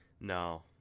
No